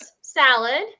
salad